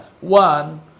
one